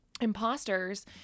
imposters